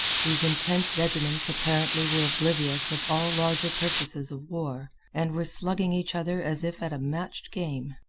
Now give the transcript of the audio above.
these intent regiments apparently were oblivious of all larger purposes of war, and were slugging each other as if at a matched game.